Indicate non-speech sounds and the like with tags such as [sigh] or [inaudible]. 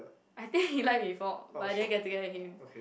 I think [breath] he like before but I didn't get together with him